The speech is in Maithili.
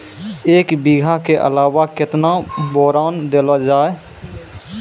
एक बीघा के अलावा केतना बोरान देलो हो जाए?